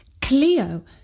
Cleo